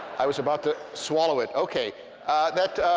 i was about to swallow it. okay that